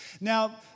Now